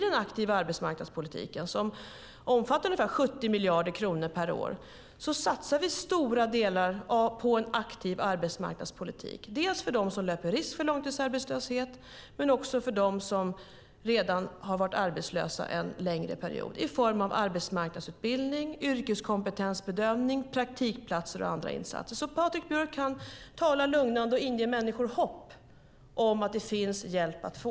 Den aktiva arbetsmarknadspolitiken omfattar ungefär 70 miljarder kronor per år, och vi satsar stora delar dels på dem som löper risk för långtidsarbetslöshet, dels på dem som redan har varit arbetslösa en längre period. Det sker i form av arbetsmarknadsutbildning, yrkeskompetensbedömning, praktikplatser och andra insatser. Patrik Björck kan alltså tala lugnande och inge människor hopp om att det finns hjälp att få.